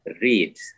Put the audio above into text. read